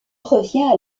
revient